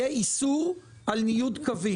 ויהיה איסור על ניוד קווים.